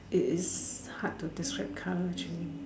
it is hard to describe colour actually